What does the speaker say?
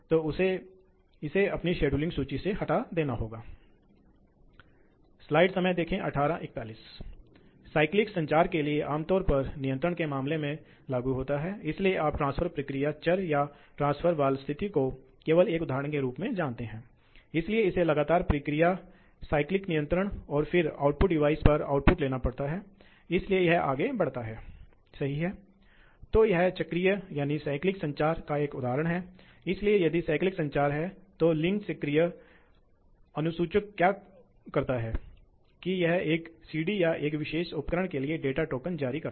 तो यह इसलिए मूल रूप से यह लागत है और यह उपकरणों की खरीद की पूंजी लागत और रखरखाव की लागत है जो यह तय करती है कि क्या ये प्रौद्योगिकियां सही रूप से अनुकूलित होने जा रही हैं इसलिए आप यह देखते हैं कि यह कितना महत्वपूर्ण है एक तकनीक को सस्ता बनाना और एक प्रौद्योगिकी को मजबूत बनाना अन्यथा इसे अपनाया नहीं जाएगा